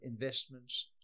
investments